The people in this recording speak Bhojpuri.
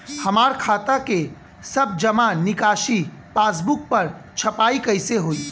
हमार खाता के सब जमा निकासी पासबुक पर छपाई कैसे होई?